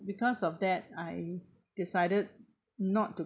because of that I decided not to